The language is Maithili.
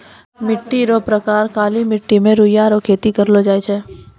मिट्टी रो प्रकार काली मट्टी मे रुइया रो खेती करलो जाय छै